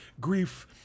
grief